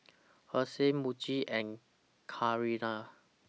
Herschel Muji and Carrera